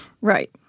Right